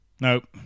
nope